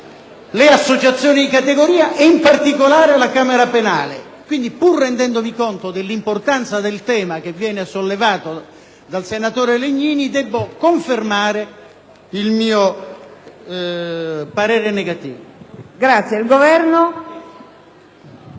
le associazioni di categoria e in particolare la camera penale. Quindi, pur rendendomi conto dell'importanza del tema che viene sollevato dal senatore Legnini, debbo confermare il mio parere contrario. PRESIDENTE. E il Governo?